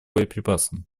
боеприпасам